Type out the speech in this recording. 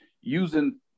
Using